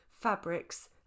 fabrics